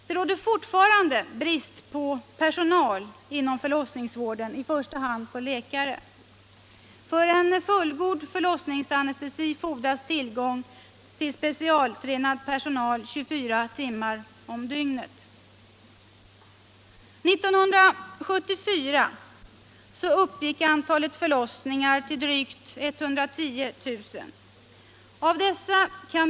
Det råder fortfarande brist på personal inom förlossningsvården, i första hand på läkare. För en fullgod förlossningsanestesi fordras tillgång till specialtränad personal 24 timmar om dygnet. 1974 uppgick antalet förlossningar till drygt 110 000.